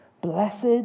Blessed